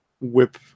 whip